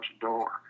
door